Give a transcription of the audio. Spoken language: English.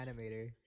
animator